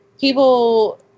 people